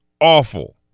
Awful